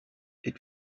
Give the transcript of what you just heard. est